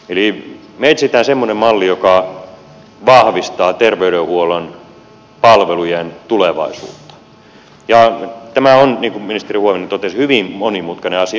eli me etsimme semmoisen mallin joka vahvistaa terveydenhuollon palvelujen tulevaisuutta ja tämä on niin kuin ministeri huovinen totesi hyvin monimutkainen asia